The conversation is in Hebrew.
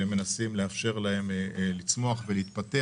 אנחנו מנסים לאפשר להם לצמוח ולהתפתח.